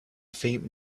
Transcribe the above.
faint